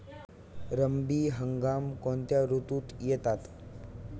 रब्बी हंगाम कोणत्या ऋतूत येतात?